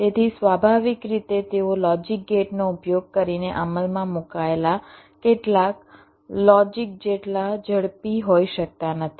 તેથી સ્વાભાવિક રીતે તેઓ લોજિક ગેટનો ઉપયોગ કરીને અમલમાં મૂકાયેલા કેટલાક લોજિક જેટલા ઝડપી હોઈ શકતા નથી